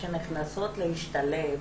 כשנכנסות להשתלב,